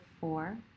four